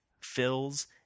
fills